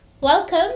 Welcome